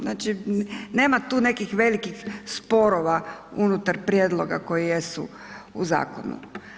Znači nema tu nekih velikih sporova unutar prijedloga koji jesu u zakonu.